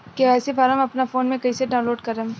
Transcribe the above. KYC form अपना phone मे कइसे डाऊनलोड करेम?